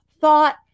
Thought